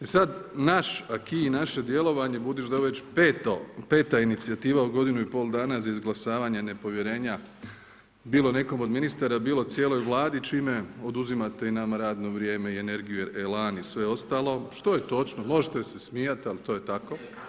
I sad naš acquis i naše djelovanje budući da je ovo peta inicijativa u godinu i pol dana za izglasavanje nepovjerenja bilom nekom od ministara bilo cijeloj Vladi, čime oduzimate i nama radno vrijeme i energiju i elan i sve ostalo, što je točno, možete se smijati, ali to je tako.